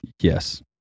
Yes